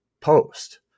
post